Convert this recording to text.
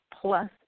plus